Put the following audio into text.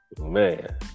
Man